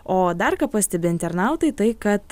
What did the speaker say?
o dar ką pastebi internautai tai kad